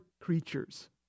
creatures